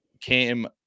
came